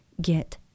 get